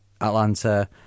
Atlanta